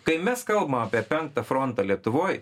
kai mes kalbam apie penktą frontą lietuvoj